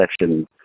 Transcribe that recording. section